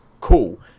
Cool